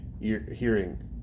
hearing